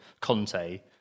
Conte